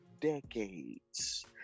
decades